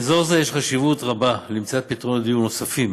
באזור זה יש חשיבות רבה למציאת פתרונות דיור נוספים,